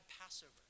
Passover